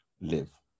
live